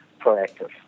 proactive